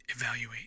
evaluate